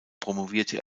promovierte